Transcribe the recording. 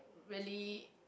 really